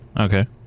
Okay